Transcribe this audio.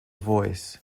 voice